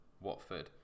Watford